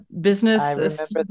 business